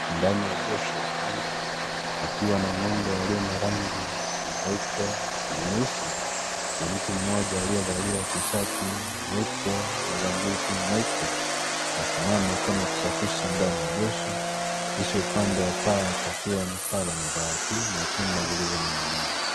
Ndani ya josho la ngombe pakiwa na ngombe aliye na rangi nyeupe na nyeusi na mtu mmoja aliyevalia tishati nyeupe na gambuti nyeupe asimama kama kusafisha josho kisha upande wa paa pakiwa ni paa la mabati na chuma zilizoninginia.